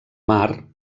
mar